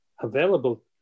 available